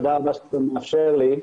תודה רבה שאתה מאפשר לי.